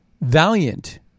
valiant